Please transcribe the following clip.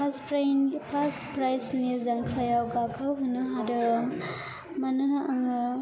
first prize नि जांख्लायाव गाखोहोनो हादों मानोना आङो